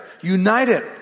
united